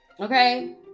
Okay